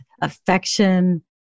affection